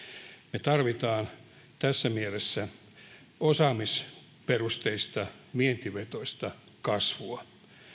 me tarvitsemme tässä mielessä osaamisperusteista vientivetoista kasvua